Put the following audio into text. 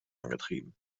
angetrieben